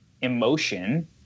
emotion